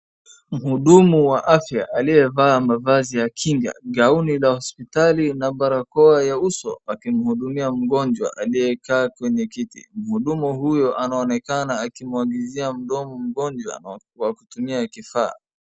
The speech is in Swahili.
Mhudumu wa afya aliyevaa mavazi ya kinga, ngauni la hospitali na barakoa ya uso akimhudumia mgonjwa aliyekaa kwenye kiti. Mhudumu huyo anaoneka akimwagizia mdomo mgonjwa kwa kutumia kifaa.